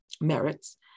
merits